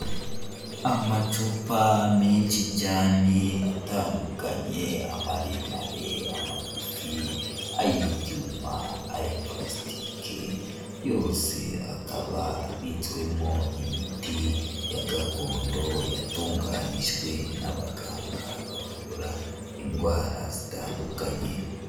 Amacupa menshi cyane atandukanye: amaremare, amagufi, ay'ibyuma, aya palasitike, yose akaba abitswemo imiti ya gakondo, yatunganyijwe n'abaganga bavura indwara zitandukanye.